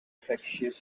infectious